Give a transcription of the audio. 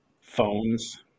Phones